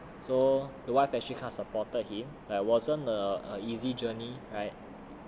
ya so the wife actually kind of supported him ya it wasn't a easy journey